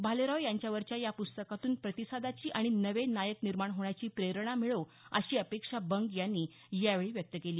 भालेराव यांच्यावरच्या या पुस्तकातून प्रतिसादाची अणि नवे नायक निर्माण होण्याची प्रेरणा मिळो अशी अपेक्षा बंग यांनी यावेळी व्यक्त केली